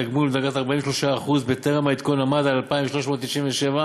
תגמול בדרגה 43% בטרם העדכון עמד על 2,397 שקלים,